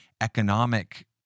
economic